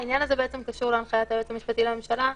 העניין הזה קשור להנחיית היועץ המשפטי לממשלה.